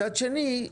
מצד שני,